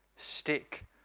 Stick